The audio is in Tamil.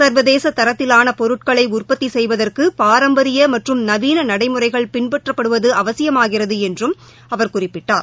சா்வதேச தரத்திலான பொருட்களை உற்பத்தி செய்வதற்கு பாரம்பரிய மற்றும் நவீன நடைமுறைகள் பின்பற்றுவது அவசியமாகிறது என்றும் அவர் குறிப்பிட்டார்